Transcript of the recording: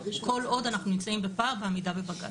כל עוד אנחנו נמצאים בפער בעמידה בבג"צ.